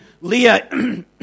Leah